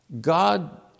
God